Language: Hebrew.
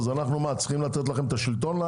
אנחנו צריכים לתת לו את השלטון?